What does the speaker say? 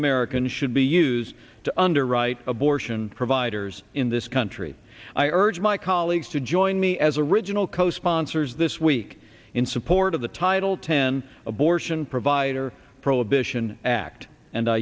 americans should be used to underwrite abortion providers in this country i urge my colleagues to join me as original co sponsors this week in support of the title ten abortion provider prohibition act and